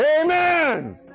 Amen